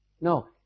No